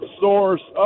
source